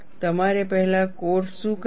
તમારે પહેલા કોડ્સ શું કહે છે